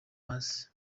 hasi